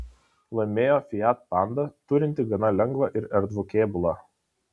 laimėjo fiat panda turinti gana lengvą ir erdvų kėbulą